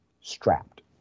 strapped